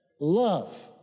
Love